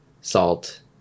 salt